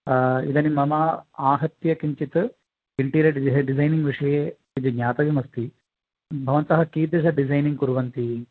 इदानीं मम आहत्य किञ्चित् इण्टीरियर् र्डि डिसैन् विषये किञ्चित् ज्ञातव्यमस्ति भवन्तः कीदृशडिसैनिङ्ग् कुर्वन्ति